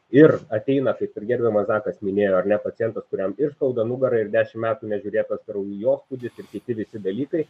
ir ateina kaip ir gerbiamas zakas minėjo ar ne pacientas kuriam ir skauda nugarą ir dešim metų nežiūrėtas kraujospūdis ir kiti visi dalykai